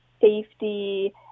safety